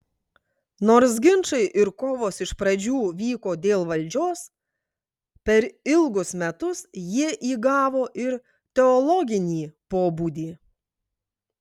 nors ginčai ir kovos iš pradžių vyko dėl valdžios per ilgus metus jie įgavo ir teologinį pobūdį